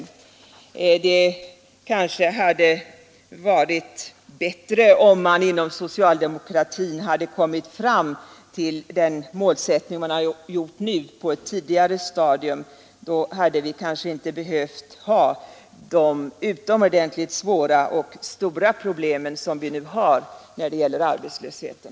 Det kanske hade varit bättre om man inom socialdemokratin hade kommit fram till sin nuvarande målsättning på ett tidigare stadium. Då hade vi kanske sluppit de utomordentligt svåra och stora problem som vi nu har när det gäller arbetslösheten.